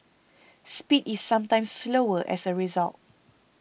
speed is sometimes slower as a result